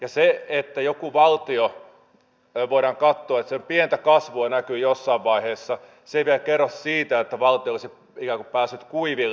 ja se että jossain valtiossa voidaan katsoa näkyvän pientä kasvua jossain vaiheessa ei vielä kerro siitä että valtio olisi ikään kuin päässyt kuiville